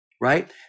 right